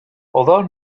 although